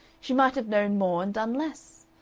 she might have known more and done less.